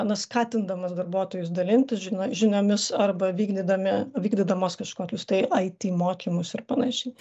nu skatindamas darbuotojus dalintis žino žiniomis arba vykdydami vykdydamos kažkokius tai it mokymus ir panašiai